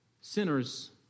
sinners